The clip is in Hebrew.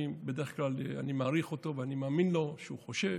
בדרך כלל אני מעריך אותו ואני מאמין לו שהוא חושב,